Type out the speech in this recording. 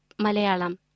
Malayalam